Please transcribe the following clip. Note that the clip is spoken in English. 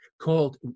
called